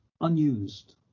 unused